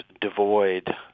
devoid